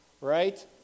Right